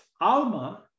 Alma